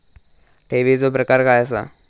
ठेवीचो प्रकार काय असा?